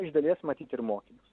iš dalies matyt ir mokinius